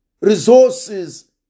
resources